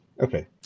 Okay